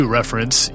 reference